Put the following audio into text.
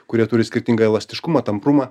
kurie turi skirtingą elastiškumą tamprumą